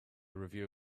review